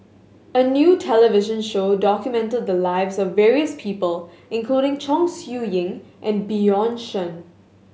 a new television show documented the lives of various people including Chong Siew Ying and Bjorn Shen